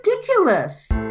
ridiculous